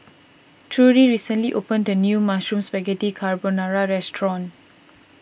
Trudi recently opened a new Mushroom Spaghetti Carbonara restaurant